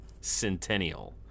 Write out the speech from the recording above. centennial